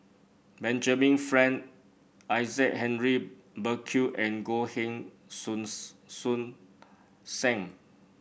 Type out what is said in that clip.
Benjamin Frank Isaac Henry Burkill and Goh Heng Soon Sam